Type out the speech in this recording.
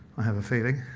i have a feeling.